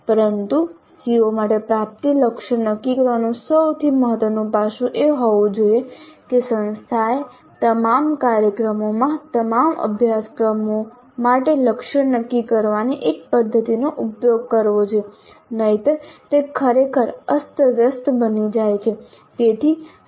પરંતુ CO માટે પ્રાપ્તિ લક્ષ્યો નક્કી કરવાનું સૌથી મહત્વનું પાસું એ હોવું જોઈએ કે સંસ્થાએ તમામ કાર્યક્રમોમાં તમામ અભ્યાસક્રમો માટે લક્ષ્યો નક્કી કરવાની એક પદ્ધતિનો ઉપયોગ કરવો જોઈએ નહિંતર તે ખરેખર અસ્તવ્યસ્ત બની જાય છે